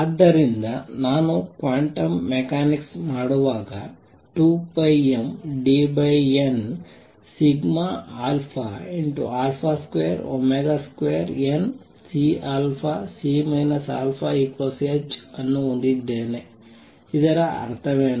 ಆದ್ದರಿಂದ ನಾನು quantum mechanics ಮಾಡುವಾಗ 2πmddn22CC αh ಅನ್ನು ಹೊಂದಿದ್ದೇನೆ ಇದರ ಅರ್ಥವೇನು